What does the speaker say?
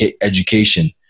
education